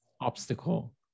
obstacle